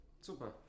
Super